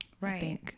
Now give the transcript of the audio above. Right